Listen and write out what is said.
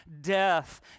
death